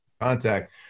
contact